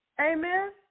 Amen